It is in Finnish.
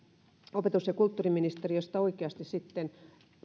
opetus ja kulttuuriministeriöstä oikeasti